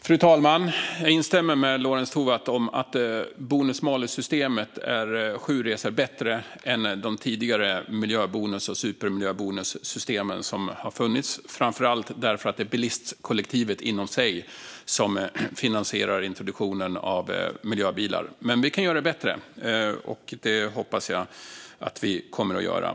Fru talman! Jag instämmer med Lorentz Tovatt om att bonus-malus-systemet är sju resor bättre än de tidigare miljöbonus och supermiljöbonussystemen som har funnits, framför allt därför att det blir bilistkollektivet som finansierar introduktionen av miljöbilar. Men vi kan göra systemet bättre, och det hoppas jag att vi kommer att göra.